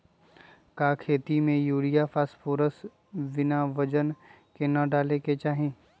का खेती में यूरिया फास्फोरस बिना वजन के न डाले के चाहि?